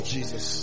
Jesus